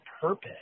purpose